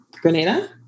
Grenada